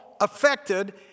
affected